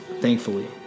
thankfully